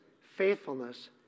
faithfulness